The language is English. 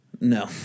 No